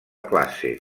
classe